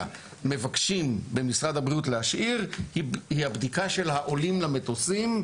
מבקשים במשרד הבריאות להשאיר זה את הבדיקה של העולים למטוסים,